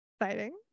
Exciting